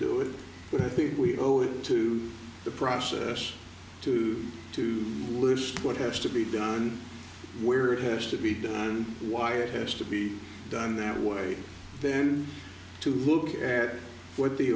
do it but i think we owe it to the process to to list what has to be done where it has to be done wired has to be done that way then to look at what the